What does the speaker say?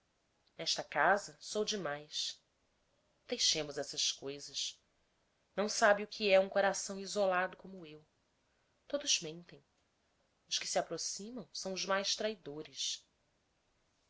nesta casa sou demais deixemos essas coisas não sabe o que é um coração isolado como eu todos mentem os que se aproximam são os mais traidores